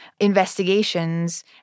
investigations